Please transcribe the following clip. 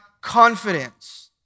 confidence